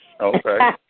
Okay